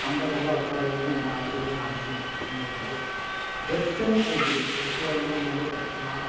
கம்பர்டபிளா உட்காருவதற்கு நல்லா ஏதுவாக அமையும் அமைஞ்சிருக்குது பெர்த்து இருக்குது பெர்த்தில் வந்து நம்ம வந்து படுத்துக்கலாம்